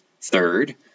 Third